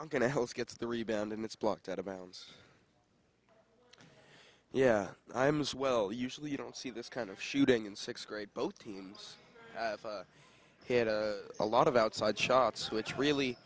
hold gets the rebound and it's blocked out of bounds yeah i am as well usually you don't see this kind of shooting in sixth grade both teams hit a lot of outside shots which really